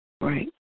Right